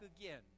again